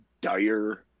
dire